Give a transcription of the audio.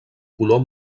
color